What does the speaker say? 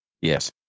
Yes